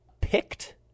picked